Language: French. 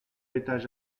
étage